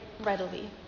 readily